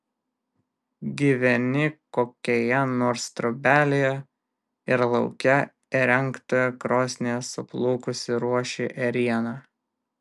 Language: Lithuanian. gyveni kokioje nors trobelėje ir lauke įrengtoje krosnyje suplukusi ruoši ėrieną